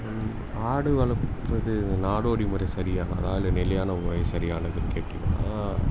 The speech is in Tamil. ஆடு வளர்ப்பது நாடோடி முறை சரியானதா இல்லை நிலையான முறை சரியானதுன்னு கேட்டீங்கன்னால்